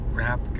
rap